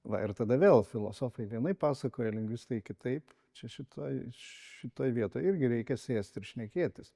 va ir tada vėl filosofai vienaip pasakoja lingvistai kitaip čia šitoj šitoj vietoj irgi reikia sėst ir šnekėtis